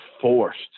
forced